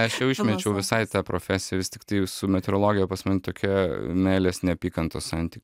aš jau išmečiau visai tą profesiją vis tiktai su meteorologija pas mane tokia meilės neapykantos santyk